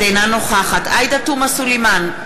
אינה נוכחת עאידה תומא סלימאן,